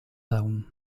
town